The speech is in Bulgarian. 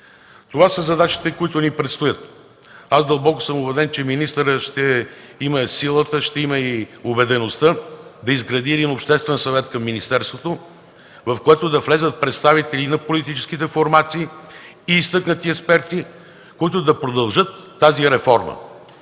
Това са задачите, които ни предстоят. Дълбоко съм убеден, че министърът ще има силата, ще има и убедеността да изгради един обществен съвет към министерството, в който да влязат представители и на политическите формации, и изтъкнати експерти, които да продължат тази реформа.